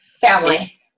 family